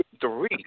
three